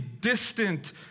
distant